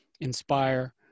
inspire